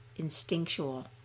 instinctual